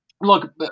Look